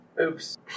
Oops